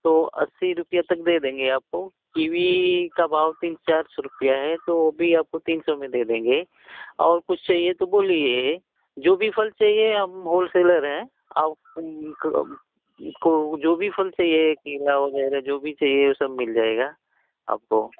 तो अस्सी रुपये तक दे देंगे आपको कीवी का भाव तीन चार सौ रुपये है तो वह भी आपको तीन सौ में दे देंगे और कुछ चाहिए तो बोलिए जो भी फल चाहिए हम होलसेलर हैं आप को जो भी फल चाहिए केला वग़ेरह जो भी चाहिए सब मिल जाएगा आपको